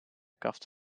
kaft